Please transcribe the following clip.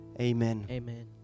Amen